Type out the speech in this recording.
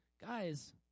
Guys